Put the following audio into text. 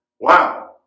Wow